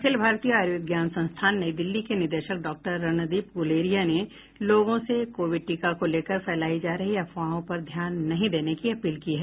अखिल भारतीय आयुर्विज्ञान संस्थान नई दिल्ली के निदेशक डॉक्टर रणदीप गूलेरिया ने लोगों से कोविड टीका को लेकर फैलायी जा रही अफवाहों पर ध्यान नहीं देने की अपील की है